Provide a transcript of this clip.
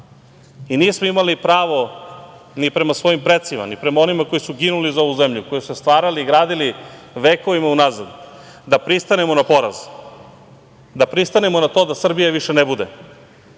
imali pravo ni prema svojim precima, ni prema onima koji su ginuli za ovu zemlju, koji su je stvarali, gradili vekovima unazad da pristanemo na poraz, da pristanemo na to da Srbije više ne bude.